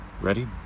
Ready